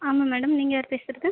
ஆமாம் மேடம் நீங்கள் யார் பேசுகிறது